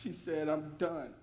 she said i'm don